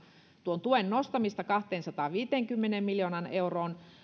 tuon tuen nostamista kahteensataanviiteenkymmeneen miljoonaan euroon